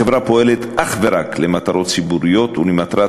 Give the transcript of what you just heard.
החברה פועלת אך ורק למטרות ציבוריות ולמטרת